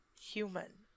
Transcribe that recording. human